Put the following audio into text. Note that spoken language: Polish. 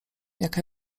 jaka